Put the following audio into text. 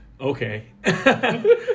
Okay